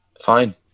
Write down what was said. Fine